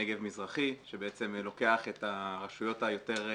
נגב מזרחי, בעצם לוקח את הרשויות היותר חלשות,